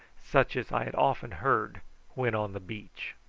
such as i had often heard when on the beach.